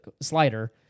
slider